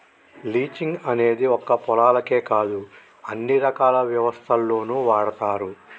leasing అనేది ఒక్క పొలాలకే కాదు అన్ని రకాల వ్యవస్థల్లోనూ వాడతారు